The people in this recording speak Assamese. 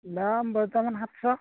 দাম বৰ্তমান সাতশ